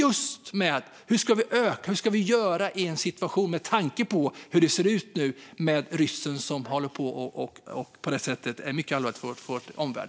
Det handlar just om hur vi ska göra i en sådan situation, med tanke på hur det nu ser ut med ryssen som håller på på ett sätt som är mycket allvarligt för oss och vår omvärld.